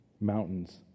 mountains